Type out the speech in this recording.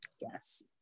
Yes